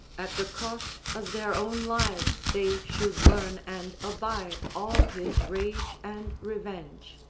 at the cost of their own lives they should learn and abide all his rage and revenge.